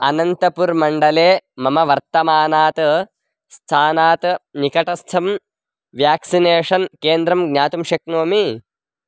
अनन्तपुरमण्डले मम वर्तमानात् स्थानात् निकटस्थं व्याक्सिनेषन् केन्द्रं ज्ञातुं शक्नोमि